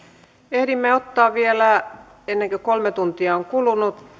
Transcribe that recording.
ehdimme ottaa vielä ennen kuin kolme tuntia on kulunut